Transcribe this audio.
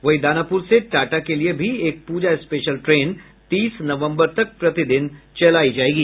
वहीं दानापुर से टाटा के लिये भी एक पूजा स्पेशल ट्रेन तीस नवंबर तक प्रतिदिन चलायी जायेगी